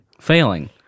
Failing